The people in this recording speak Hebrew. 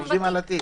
הם עובדים על התיק.